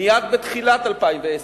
מייד בתחילת 2010,